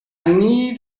need